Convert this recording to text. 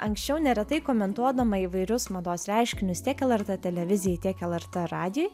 anksčiau neretai komentuodama įvairius mados reiškinius tiek lrt televizijai tiek lrt radijui